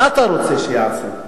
מה אתה רוצה שיעשו?